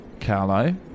Carlo